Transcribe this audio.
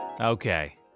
Okay